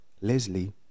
Leslie